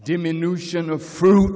diminution of fruit